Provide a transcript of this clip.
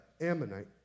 Ammonite